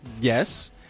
yes